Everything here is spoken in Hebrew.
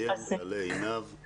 נעלה את עינב שתוכל להשיב.